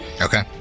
Okay